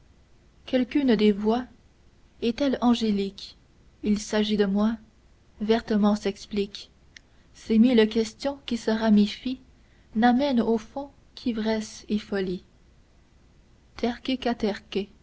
quelqu'une des voix est-elle angélique il s'agit de moi vertement s'explique ces mille questions qui se ramifient n'amènent au fond qu'ivresse et folie